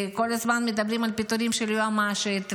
וכל הזמן מדברים על פיטורים של היועמ"שית,